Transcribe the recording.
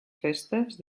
festes